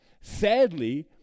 Sadly